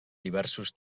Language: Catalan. diversos